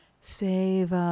Save